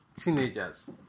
teenagers